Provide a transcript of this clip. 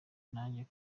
nanjye